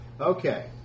Okay